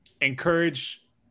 encourage